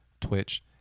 Twitch